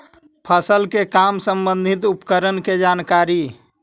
फसल के काम संबंधित उपकरण के जानकारी?